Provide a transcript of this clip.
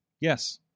yes